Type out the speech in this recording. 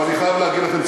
אבל אני חייב להגיד לכם,